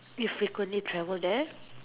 you frequently travel there